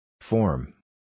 Form